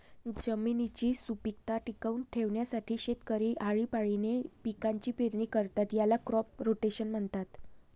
जमिनीची सुपीकता टिकवून ठेवण्यासाठी शेतकरी आळीपाळीने पिकांची पेरणी करतात, याला क्रॉप रोटेशन म्हणतात